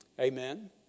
Amen